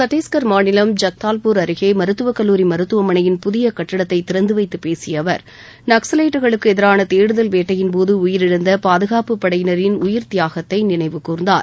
சத்தீஸ்கர் மாநிலம் ஜக்தால்பூர் அருகே மருத்துவக் கல்லூரி மருத்துவமனையின் புதிய கட்டடத்தை திறந்த வைத்துப் பேசிய அவர் நக்சவைட்டுகளுக்கு எதிரான தேடுதல் வேட்டையின் போது உயிரிழந்த பாதுகாப்புப் படையினரின் உயிர்த் தியாகத்தை நினைவு கூர்ந்தார்